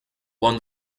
won